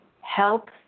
help